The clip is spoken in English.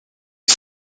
you